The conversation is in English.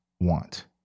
want